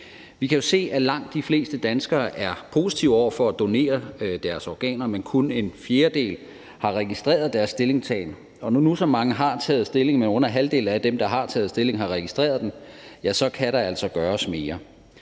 Vi kan jo se, at langt de fleste danskere er positive over for at donere deres organer, men kun en fjerdedel har registreret deres stillingtagen. Og når nu så mange har taget stilling, men under halvdelen af dem, der har taget stilling, har registreret det, så kan der altså gøres mere.